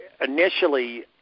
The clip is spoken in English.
initially